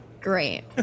Great